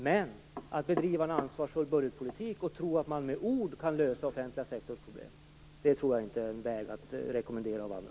Att försöka bedriva en ansvarsfull budgetpolitik och tro att man med ord kan lösa den offentliga sektorns problem tror jag däremot inte är en metod som kan rekommenderas.